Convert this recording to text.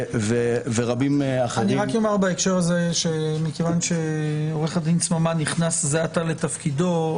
ורבים אחרים- -- כיון שעו"ד סממה נכנס זה עתה לתפקידו,